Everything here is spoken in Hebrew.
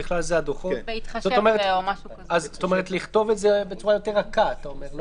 ובכלל זה הדוחות." אתה מציע לכתוב את זה בצורה רכה יותר.